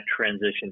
transition